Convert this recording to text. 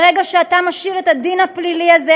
ברגע שאתה משאיר את הדין הפלילי הזה,